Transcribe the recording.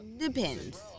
depends